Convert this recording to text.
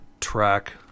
track